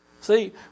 See